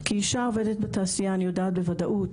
כאישה העובדת בתעשייה אני יודעת בוודאות,